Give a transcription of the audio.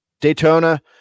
daytona